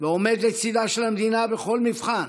ועומד לצידה של המדינה בכל מבחן,